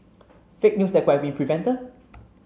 fake news that could been prevented